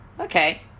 okay